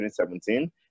2017